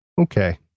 okay